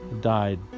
died